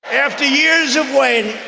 after years of weighing